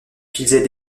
utilisait